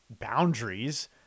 boundaries